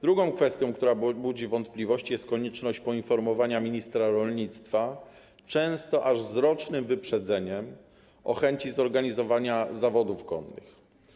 Drugą kwestią, która budzi wątpliwości, jest konieczność poinformowania ministra rolnictwa często aż z rocznym wyprzedzeniem o chęci zorganizowania zawodów konnych.